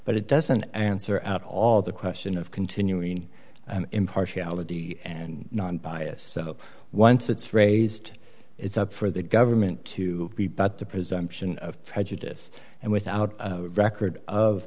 but it doesn't answer at all the question of continuing an impartiality and non biased so once it's raised it's up for the government to rebut the presumption of prejudice and without record of